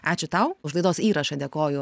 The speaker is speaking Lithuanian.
ačiū tau už laidos įrašą dėkoju